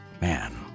Man